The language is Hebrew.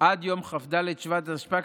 עד יום כ"ד בשבט התשפ"ג,